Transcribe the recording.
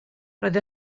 roedd